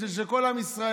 זה של כל עם ישראל.